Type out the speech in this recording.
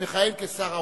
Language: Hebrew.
ירד מסדר-היום.